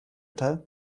teil